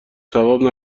ثواب